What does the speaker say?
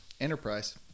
Enterprise